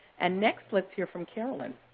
and next let's hear from carolyn.